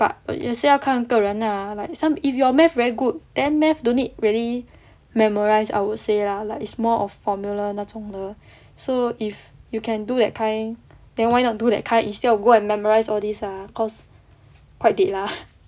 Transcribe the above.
but 也是要看个人 lah like some if your math very good then math don't need really memorise I would say lah like it's more of formula 那种的 so if you can do that kind then why not do that kind instead of go and memorise all these ah cause quite dead lah